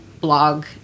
blog